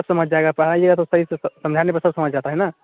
समझ जाएगा पढ़ाइएगा तो सही से समझाने पर सब समझ आता है ना